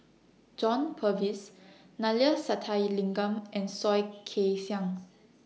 John Purvis Neila Sathyalingam and Soh Kay Siang